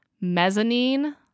mezzanine